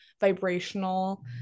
vibrational